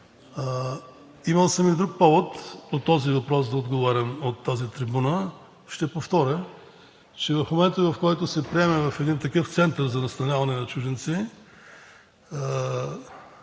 Имал съм и друг повод по този въпрос да отговарям от тази трибуна. Ще повторя, че в момента, в който се приеме в един такъв център за настаняване на чужденци,